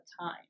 time